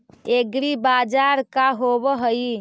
एग्रीबाजार का होव हइ?